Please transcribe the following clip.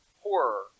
horror